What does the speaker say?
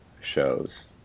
shows